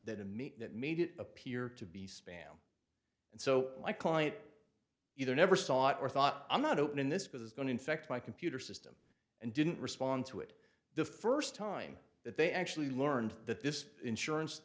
me that made it appear to be spam and so my client either never saw or thought i'm not open in this because it's going to affect my computer system and didn't respond to it the first time that they actually learned that this insurance